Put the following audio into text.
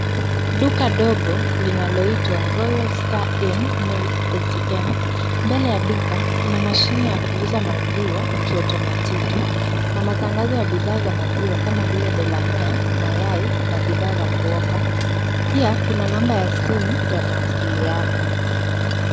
Duka dogo linaloitwa Royal Star Inn Milk ATM ,mbele ya duka kuna mashine ya kuuza maziwa kiotomatiki ,na matangazo ya bidhaa za maziwa kama vile Delamere ,mayai na bidhaa za kuoka ,pia kuna namba ya simu ya mawasiliano.